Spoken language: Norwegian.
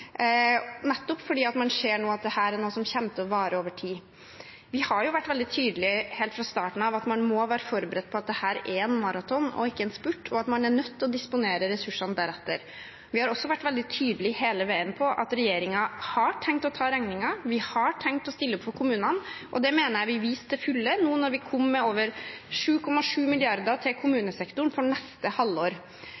nettopp fordi man nå ser at dette er noe som kommer til å vare over tid. Vi har vært veldig tydelige på helt fra starten av at man må være forberedt på at dette er en maraton og ikke en spurt, og at man er nødt til å disponere ressursene deretter. Vi har også vært veldig tydelige på hele veien at regjeringen har tenkt å ta regningen. Vi har tenkt å stille opp for kommunene. Det mener jeg vi viste til fulle nå når vi kom med over 7,7 mrd. kr til